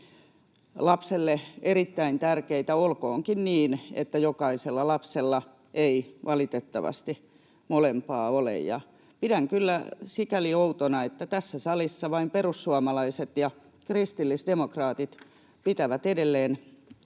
lapselle erittäin tärkeitä, olkoonkin niin, että jokaisella lapsella ei valitettavasti molempaa ole, ja pidän kyllä sikäli outona, että tässä salissa vain perussuomalaiset ja kristillisdemokraatit pitävät edelleen